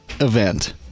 event